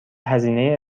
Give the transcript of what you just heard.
هزینه